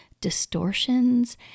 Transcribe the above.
distortions